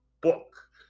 book